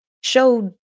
showed